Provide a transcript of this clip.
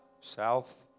South